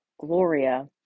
Gloria